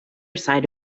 side